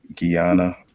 Guyana